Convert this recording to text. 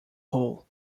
hole